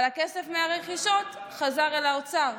אבל הכסף מהרכישות חזר אל האוצר,